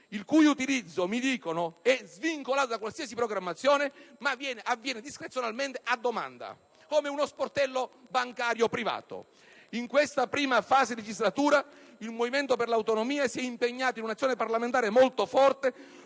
il cui utilizzo, mi dicono, è svincolato da qualsiasi programmazione, ma funziona discrezionalmente, a domanda, come uno sportello bancario privato? In questa prima fase di legislatura, il Movimento per l'Autonomia si è impegnato in un'azione parlamentare molto forte